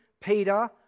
peter